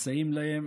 מסייעים להם.